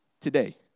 today